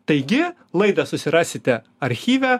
taigi laidą susirasite archyve